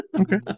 Okay